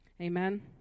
Amen